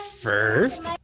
First